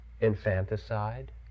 infanticide